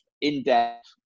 in-depth